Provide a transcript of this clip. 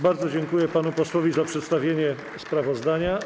Bardzo dziękuję panu posłowi za przedstawienie sprawozdania.